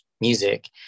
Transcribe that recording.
music